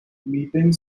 meeting